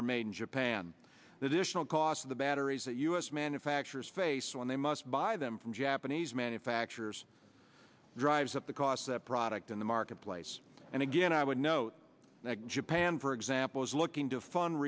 are made in japan that initial cost of the batteries that u s manufacturers face when they must buy them from japanese manufacturers drives up the costs that product in the marketplace and again i would note that japan for example is looking to fund